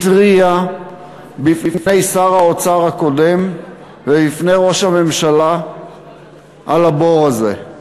התריעה בפני שר האוצר הקודם ובפני ראש הממשלה על הבור הזה?